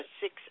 six